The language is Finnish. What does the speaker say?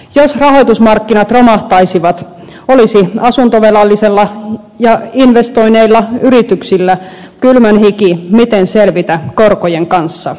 jos rahoitusmarkkinat romahtaisivat olisi asuntovelallisella ja investoineilla yrityksillä kylmänhiki miten selvitä korkojen kanssa